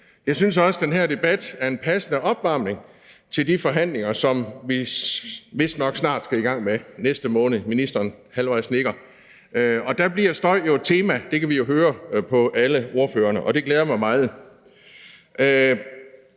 Jeg synes også, den her debat er en passende opvarmning til de forhandlinger, som vi vistnok snart skal i gang med, i næste måned – ministeren nikker halvt. Der bliver støj jo et tema; det kan vi jo høre på alle ordførerne. Det glæder mig meget.